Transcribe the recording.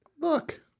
Look